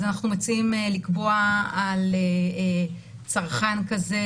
אז אנחנו מציעים לקבוע על צרכן כזה,